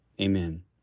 amen